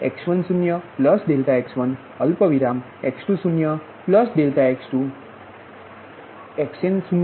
y1 બરાબર f 1એ x10∆x1 x202x2